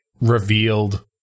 revealed